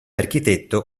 architetto